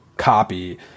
copy